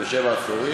כמעט.